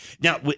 Now